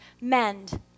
mend